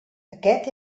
aquest